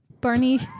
Barney